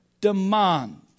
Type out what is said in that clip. demand